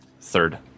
Third